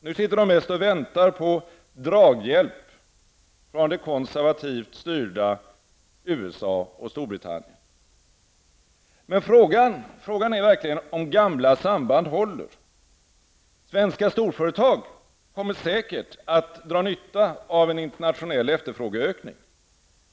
Nu sitter de mest och väntar på draghjälp från de konservativt styrda USA och Storbritannien. Men frågan är om gamla samband håller. Svenska storföretag kommer säkert att dra nytta av en internationell efterfrågeökning.